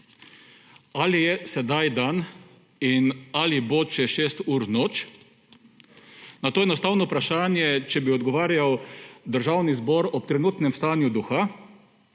Ali je sedaj dan in ali bo čez šest ur noč, na to enostavno vprašanje, če bi odgovarjal Državni zbor ob trenutnem stanju duha,